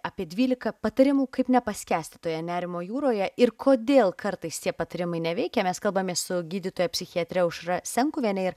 apie dvylika patarimų kaip nepaskęsti toje nerimo jūroje ir kodėl kartais tie patarimai neveikia mes kalbamės su gydytoja psichiatre aušra senkuvienė ir